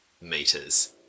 meters